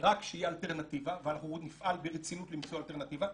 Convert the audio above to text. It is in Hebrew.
רק כשתהיה אלטרנטיבה ואנחנו נפעל ברצינות למצוא אלטרנטיבה.